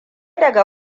daga